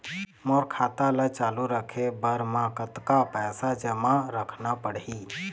मोर खाता ला चालू रखे बर म कतका पैसा जमा रखना पड़ही?